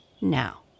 now